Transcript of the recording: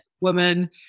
woman